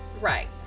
right